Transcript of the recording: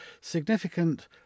significant